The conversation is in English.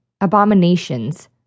abominations